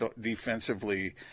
defensively